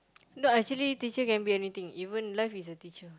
no actually teacher can be anything even life is a teacher